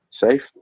safe